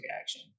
action